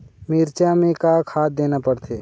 मिरचा मे का खाद देना पड़थे?